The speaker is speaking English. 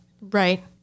Right